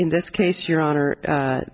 in this case your honor